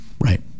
Right